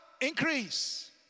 increase